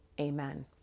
Amen